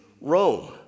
Rome